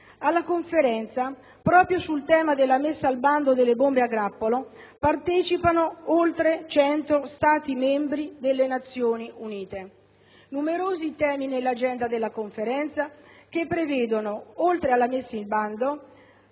Alla Conferenza, proprio sul tema della messa al bando delle bombe a grappolo, partecipano oltre cento Stati membri delle Nazioni Unite. Numerosi i temi nell'agenda della Conferenza che prevedono, oltre la messa al bando,